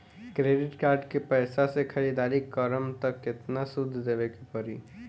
Credit card के पैसा से ख़रीदारी करम त केतना सूद देवे के पड़ी?